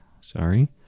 sorry